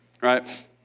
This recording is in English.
right